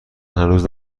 هنوز